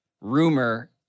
rumor